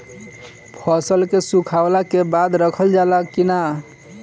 फसल के सुखावला के बाद रखल जाला कि न?